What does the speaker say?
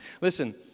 Listen